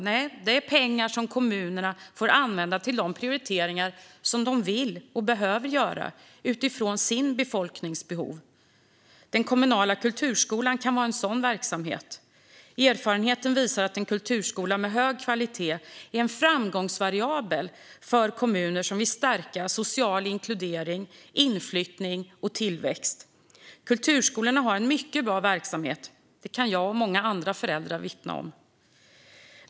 Nej, detta är pengar som kommunerna får använda till de prioriteringar som de vill och behöver göra, utifrån sina befolkningars behov. Den kommunala kulturskolan kan vara en sådan verksamhet. Erfarenheten visar att en kulturskola med hög kvalitet är en framgångsvariabel för kommuner som vill stärka social inkludering, inflyttning och tillväxt. Kulturskolorna har en mycket bra verksamhet - det kan jag och många andra föräldrar vittna om.